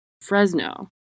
fresno